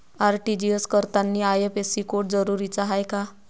RTGS करतांनी IFSC code जरुरीचा हाय का?